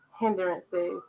hindrances